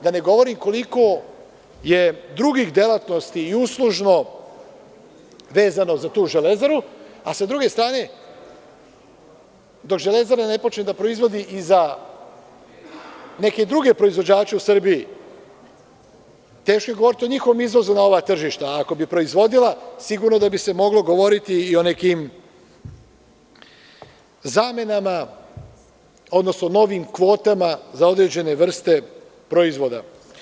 Da ne govorim koliko je drugih delatnosti i uslužno vezano za tu „Železaru“, a sa druge strane dok „Železara“ ne počne da proizvodi i za neke druge proizvođače u Srbiji, teško je govoriti o njihovom izvozu na ova tržišta, a ako bi proizvodila, sigurno da bi se moglo govoriti i o nekim zamenama, novim kvotama za određene vrste proizvoda.